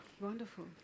Wonderful